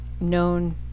known